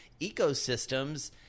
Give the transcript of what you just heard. ecosystems